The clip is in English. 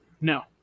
No